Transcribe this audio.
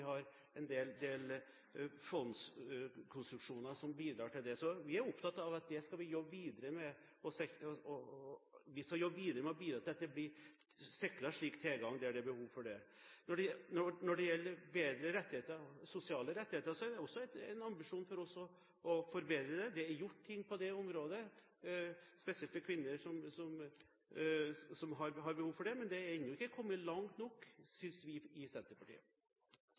og en del fondskonstruksjoner som bidrar til dette. Vi er opptatt av å jobbe videre med å bidra til at det blir sikret slik tilgang der det er behov for det. Når det gjelder sosiale rettigheter, er det også en ambisjon hos oss å forbedre disse. Det er gjort ting på dette området, spesielt for kvinner som har behov for det. Men man er ennå ikke kommet langt nok, synes vi i Senterpartiet.